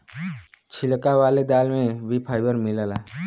छिलका वाले दाल में भी फाइबर मिलला